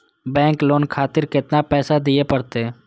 Bank loan खातीर केतना पैसा दीये परतें?